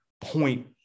point